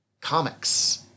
Comics